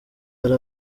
hari